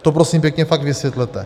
To prosím pěkně fakt vysvětlete.